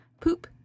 poop